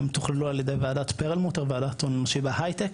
הם תוכללו ע"י ועדת פרלמוטר להגדלת הון אנושי בהייטק,